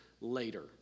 later